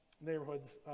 neighborhoods